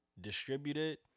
distributed